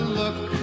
look